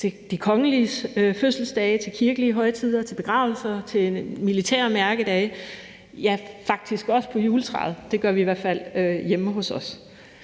til de kongeliges fødselsdage, til kirkelige højtider, til begravelser, til militære mærkedage og faktisk også på juletræet. Det gør vi i hvert fald hjemme hos os.